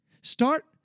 Start